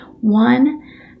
one